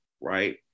right